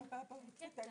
מוזאיקה